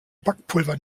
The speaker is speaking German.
backpulver